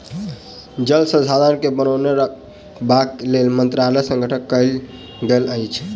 जल संसाधन के बनौने रखबाक लेल मंत्रालयक गठन कयल गेल अछि